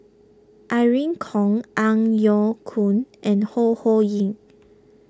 Irene Khong Ang Yau Choon and Ho Ho Ying